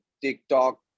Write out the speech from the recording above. TikTok